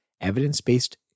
evidence-based